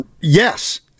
Yes